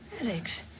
Alex